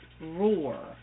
roar